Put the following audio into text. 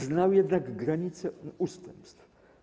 Znał jednak granice ustępstw.